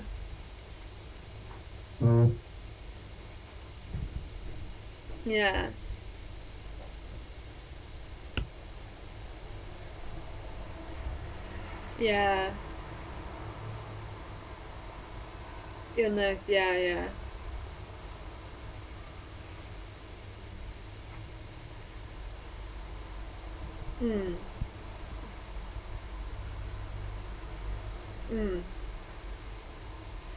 ya ya illness ya ya hmm mm